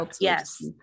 yes